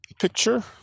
picture